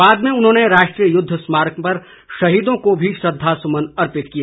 बाद में उन्होंने राष्ट्रीय युद्ध स्मारक पर शहीदों को भी श्रद्वासुमन अर्पित किए